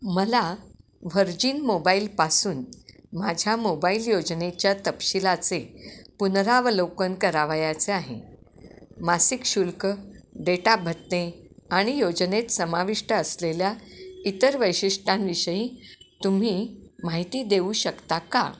मला व्हर्जिन मोबाईलपासून माझ्या मोबाईल योजनेच्या तपशीलाचे पुनरावलोकन करावयाचे आहे मासिक शुल्क डेटा भत्ते आणि योजनेत समाविष्ट असलेल्या इतर वैशिष्ट्यांविषयी तुम्ही माहिती देऊ शकता का